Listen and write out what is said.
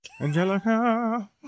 Angelica